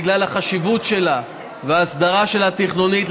בגלל החשיבות שלה וההסדרה שלה תכנונית,